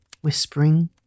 Whispering